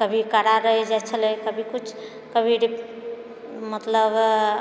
कभी कड़ा रहि जाइत छलय कभी कुछ कभी मतलब